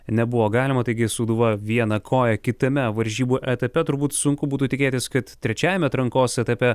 nebuvo galima taigi sūduva viena koja kitame varžybų etape turbūt sunku būtų tikėtis kad trečiajame atrankos etape